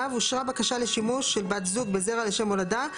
(ו) אושרה בקשה לשימוש של בת זוג בזרע לשם הולדה,